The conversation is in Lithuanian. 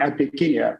apie kiniją